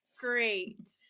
great